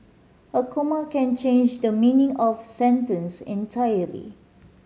a comma can change the meaning of sentence entirely